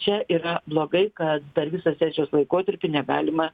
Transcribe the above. čia yra blogai kad per visą sesijos laikotarpį negalima